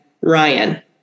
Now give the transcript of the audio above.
Ryan